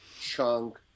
chunk